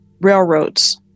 railroads